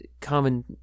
common